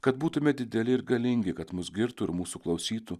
kad būtume dideli ir galingi kad mus girtų ir mūsų klausytų